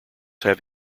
have